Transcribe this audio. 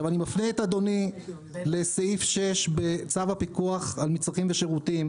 אני מפנה את אדוני לסעיף 6 בצו הפיקוח על מצרכים ושירותים,